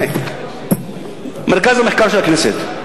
מרכז המחקר של הכנסת.